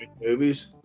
movies